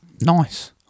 Nice